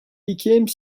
became